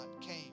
came